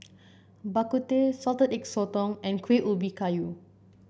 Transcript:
Bak Kut Teh Salted Egg Sotong and Kuih Ubi Kayu